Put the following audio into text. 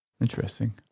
Interesting